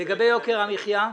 לגבי יוקר המחיה?